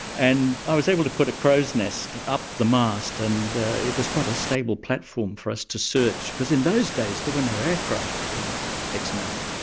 and i was able to put a crows nest up the mast and it was quite a stable platform for us to search. because in those days there were no aircraft up in exmouth.